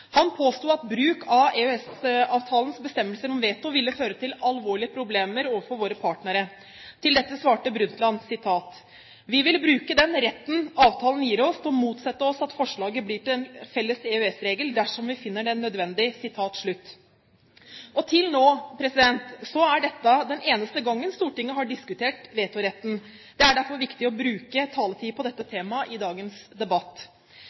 Han påsto at bruk av EØS-avtalens bestemmelse om veto ville føre til alvorlige problemer overfor våre partnere. Til dette svarte Harlem Brundtland: «Og vi vil være rede til å bruke den retten avtalen gir oss, til å motsette oss at forslaget blir til felles EØS-regel, dersom vi finner det nødvendig.» Til nå er dette den eneste gangen Stortinget har diskutert vetoretten. Det er derfor viktig å bruke taletid på dette temaet i dagens debatt.